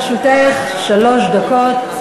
לרשותך שלוש דקות.